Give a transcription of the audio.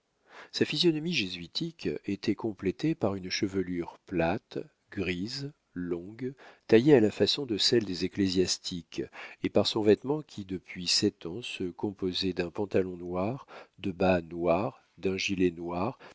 sa physionomie jésuitique était complétée par une chevelure plate grise longue taillée à la façon de celle des ecclésiastiques et par son vêtement qui depuis sept ans se composait d'un pantalon noir de bas noirs d'un gilet noir